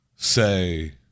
Say